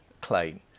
claim